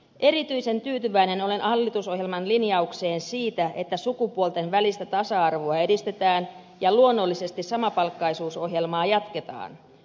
erityisen tyytyväinen olen hallitusohjelman linjaukseen siitä että sukupuolten välistä tasa arvoa edistetään ja luonnollisesti samapalkkaisuusohjelmaa jatketaan